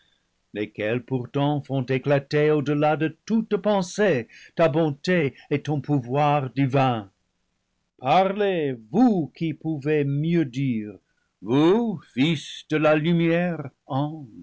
lesquels pourtant font éclater au-delà de toute pensée ta bonté et ton pouvoir divin livre v parlez vous qui pouvez mieux dire vous fils de la lu